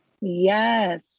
Yes